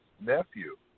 nephew